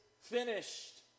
finished